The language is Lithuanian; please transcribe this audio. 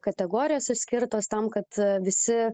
kategorijos išskirtos tam kad visi